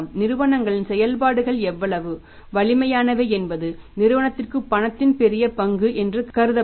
நிறுவனங்களின் செயல்பாடுகள் எவ்வளவு வலிமையானவை என்பது நிறுவனத்திற்கு பணத்தின் பெரிய பங்கு என்று கருதப்படும்